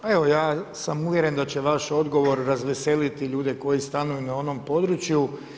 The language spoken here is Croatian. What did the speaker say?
Ja sam uvjeren da će vaš odgovor razveseliti ljude koji stanuju na onom području.